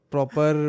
Proper